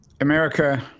America